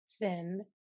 thin